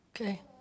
Okay